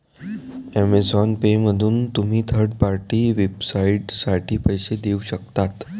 Amazon पेमधून तुम्ही third party वेबसाइटसाठी पैसे देऊ शकता